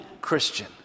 Christian